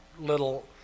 little